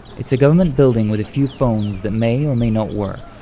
it's a government building with a few phones that may or may not work.